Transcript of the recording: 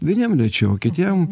vieniem lėčiau kitiem